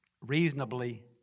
reasonably